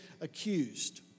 accused